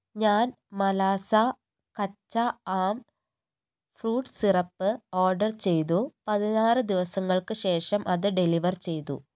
ഞാൻ മലാസ കച്ച ആം ഫ്രൂട്ട് സിറപ്പ് ഓർഡർ ചെയ്തു പതിനാറ് ദിവസങ്ങൾക്ക് ശേഷം അത് ഡെലിവർ ചെയ്തു